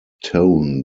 tone